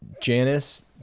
Janice